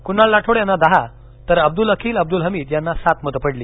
कुणाल राठोड यांना दहा तर अब्दुल अखिल अब्द्ल हमीद यांना सात मते पडली